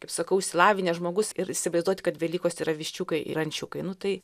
kaip sakau išsilavinęs žmogus ir įsivaizduoti kad velykos yra viščiukai ir ančiukai nu tai